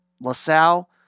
LaSalle